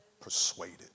persuaded